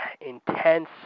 intense